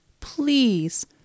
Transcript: Please